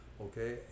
okay